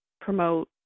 promote